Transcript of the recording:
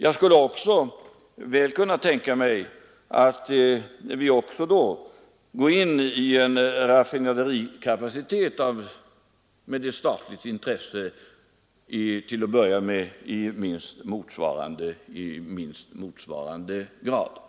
Jag skulle också mycket väl kunna tänka mig att staten då till att börja med i minst motsvarande grad satsar på en raffinaderikapacitet.